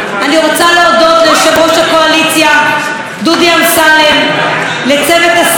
אני רוצה להודות ליושב-ראש הקואליציה דודי אמסלם ולצוות הסיעה,